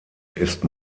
ist